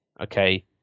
okay